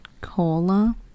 Cola